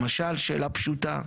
למשל, שאלה פשוטה,